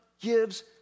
gives